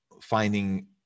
finding